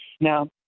Now